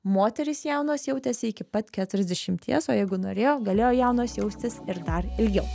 moterys jaunos jautėsi iki pat keturiasdešimties o jeigu norėjo galėjo jaunos jaustis ir dar ilgiau